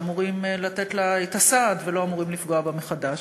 שאמורים לתת לה את הסעד ולא אמורים לפגוע בה מחדש.